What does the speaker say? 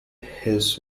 his